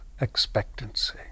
expectancy